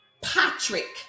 Patrick